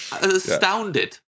astounded